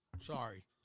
Sorry